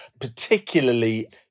particularly